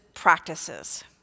practices